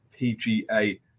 PGA